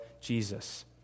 Jesus